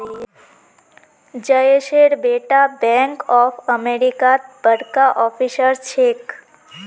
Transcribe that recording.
जयेशेर बेटा bank of अमेरिकात बड़का ऑफिसर छेक